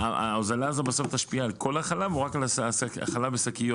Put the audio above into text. האם ההוזלה הזאת תשפיע על כל החלב או שרק על החלב בשקיות?